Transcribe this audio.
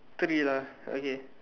three lah okay